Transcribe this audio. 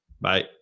Bye